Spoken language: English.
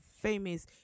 famous